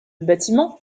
bâtiment